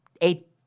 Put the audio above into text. eight